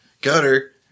gutter